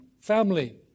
family